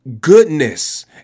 goodness